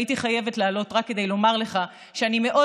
הייתי חייבת לעלות רק כדי לומר לך שאני מאוד